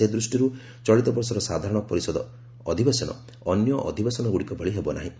ସେ ଦୃଷ୍ଟିଗ୍ର ଚଳିତବର୍ଷର ସାଧାରଣ ପରିଷଦ ଅଧିବେଶନ ଅନ୍ୟ ଅଧିବେଶନଗ୍ରଡ଼ିକ ଭଳି ହେବ ନାହିଁ